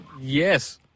yes